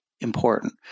important